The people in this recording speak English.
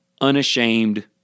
Unashamed